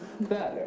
better